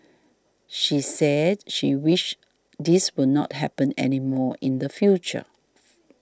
she said she wished this will not happen anymore in the future